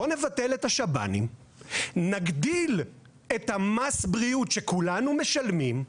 בואו נבטל את השב"נים ונגדיל את מס הבריאות שכולנו משלמים,